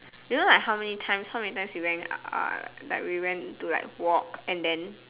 you know like how many times how many times we went uh like we went to like walk and then